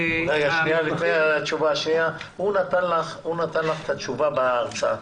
הוא נתן לך את התשובה בהרצאה.